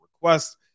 requests